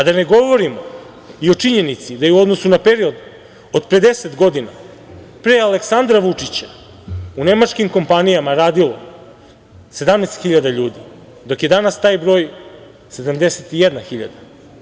A da ne govorim o činjenici da je u odnosu na period od pre 10 godina pre Aleksandra Vučića u nemačkim kompanijama radilo 17 hiljada ljudi, dok je danas taj broj 71 hiljada.